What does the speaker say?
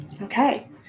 Okay